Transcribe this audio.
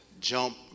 Jump